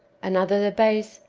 another the bass,